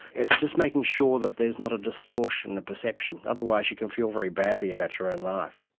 it's just making sure that there's not a distortion of perception, otherwise you can feel very badly about your own life.